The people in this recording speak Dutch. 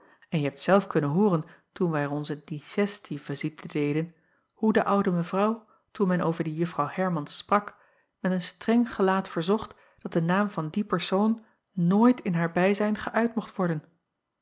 en je hebt zelf kunnen hooren toen wij er onze digestie-visite deden hoe de oude evrouw toen men over die uffrouw ermans sprak met een streng gelaat verzocht dat de naam van die persoon nooit in haar bijzijn geüit mocht worden